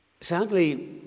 Sadly